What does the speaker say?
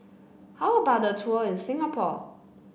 how about a tour in Singapore